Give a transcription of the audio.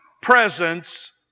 presence